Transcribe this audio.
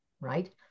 Right